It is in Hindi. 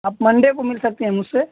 आप मंडे को मिल सकती हैं मुझसे